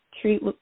treat